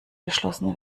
geschlossen